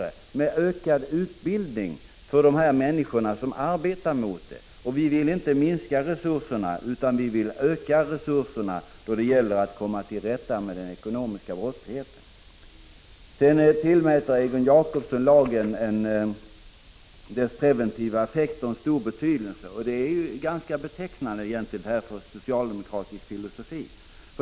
Det betyder utökad utbildning för de personer som arbetar mot ekonomisk brottslighet. Vi vill alltså inte minska resurserna, utan utöka dem för att komma till rätta med den ekonomiska brottsligheten. Egon Jacobsson tillmäter lagens preventiva effekter stor betydelse. Det är ganska betecknande för socialdemokratisk filosofi.